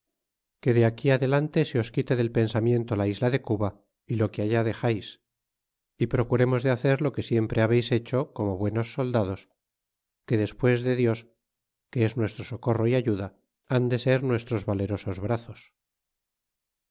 que de aquí adelante se os quite del pensamiento la isla de cuba y lo que allá dexais y procuremos de hacer lo que siempre habeis hecho como buenos soldados que despues de dios que es nuestro socorro e ayuda han de ser nuestros valerosos brazos